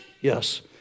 Yes